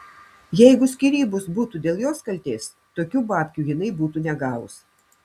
jeigu skyrybos būtų dėl jos kaltės tokių babkių jinai būtų negavus